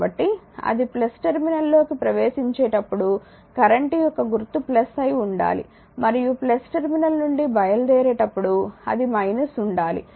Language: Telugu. కాబట్టి అది టెర్మినల్ లోకి ప్రవేశించేటప్పుడు కరెంట్ యొక్క గుర్తు అయి ఉండాలి మరియు టెర్మినల్ నుండి బయలుదేరేటప్పుడు అది ఉండాలి